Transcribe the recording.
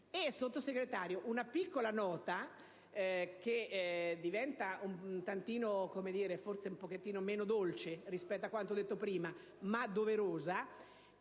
Sottosegretario, una piccola nota, un tantino meno dolce rispetto a quanto detto prima, ma doverosa.